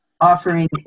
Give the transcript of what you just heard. offering